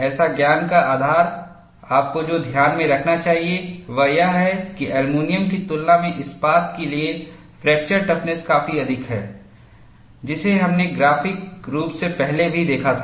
ऐसा ज्ञान का आधार आपको जो ध्यान में रखना चाहिए वह यह है कि एल्युमीनियम की तुलना में इस्पात के लिए फ्रैक्चरटफनेस काफी अधिक है जिसे हमने ग्राफिक रूप से पहले भी देखा था